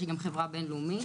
שהיא גם חברה בין לאומית.